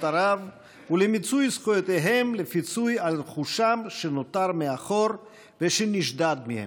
ערב ולמיצוי זכויותיהם לפיצוי על רכושם שנותר מאחור ושנשדד מהם.